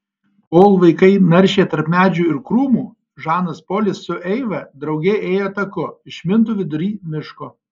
kol vaikai naršė tarp medžių ir krūmų žanas polis su eiva drauge ėjo taku išmintu vidury miško